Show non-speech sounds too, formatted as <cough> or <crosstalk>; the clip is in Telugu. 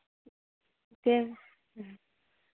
<unintelligible>